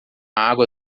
água